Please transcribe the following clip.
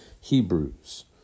Hebrews